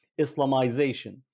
Islamization